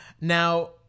Now